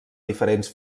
diferents